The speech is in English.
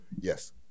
Yes